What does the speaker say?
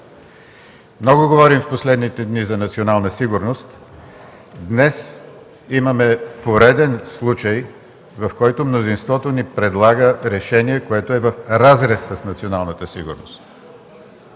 Много говорим в последните дни за национална сигурност. Днес имаме пореден случай, в който мнозинството ни предлага решение, което е в разрез с националната сигурност.